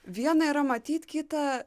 viena yra matyt kita